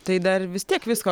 tai dar vis tiek visko